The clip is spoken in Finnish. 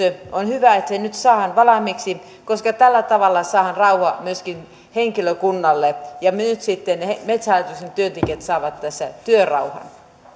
on hyvä että tämä lakiesitys nyt saadaan valmiiksi koska tällä tavalla saadaan rauha myöskin henkilökunnalle ja nyt sitten metsähallituksen työntekijät saavat tässä työrauhan